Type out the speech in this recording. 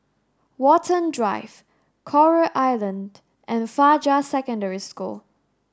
Watten Drive Coral Island and Fajar Secondary School